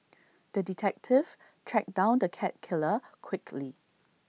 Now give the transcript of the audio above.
the detective tracked down the cat killer quickly